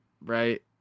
Right